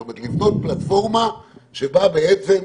זאת אומרת לבנות פלטפורמה שבה בעצם,